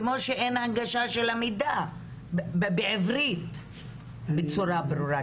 כמו שאין הנגשה של המידע בעברית בצורה ברורה,